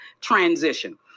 transition